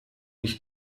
ich